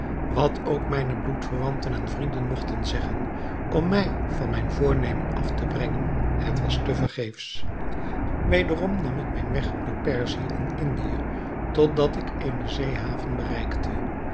wat ook mijne bloedverwanten en vrienden mogten zeggen om mij van mijn voornemen af te brengen het was te vergeefs wederom nam ik mijn weg door perzië en indië tot dat ik eene zeehaven bereikte